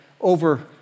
over